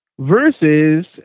Versus